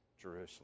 Jerusalem